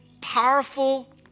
powerful